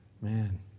Man